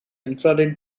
infrared